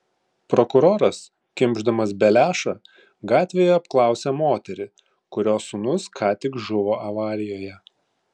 prokuroras kimšdamas beliašą gatvėje apklausia moterį kurios sūnus ką tik žuvo avarijoje